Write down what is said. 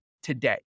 today